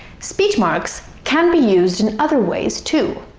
speech marks can be used in other ways, too.